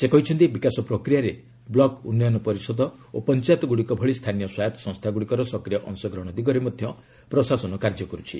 ସେ କହିଛନ୍ତି ବିକାଶ ପ୍ରକ୍ରିୟାରେ ବ୍ଲକ୍ ଉନ୍ନୟନ ପରିଷଦ ଓ ପଞ୍ଚାୟତଗୁଡ଼ିକ ଭଳି ସ୍ଥାନୀୟ ସ୍ୱାୟତ ସଂସ୍ଥାଗୁଡ଼ିକର ସକ୍ରିୟ ଅଂଶଗ୍ରହଣ ଦିଗରେ ମଧ୍ୟ ପ୍ରଶାସନ କାର୍ଯ୍ୟ କରୁଛି